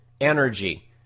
energy